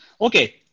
Okay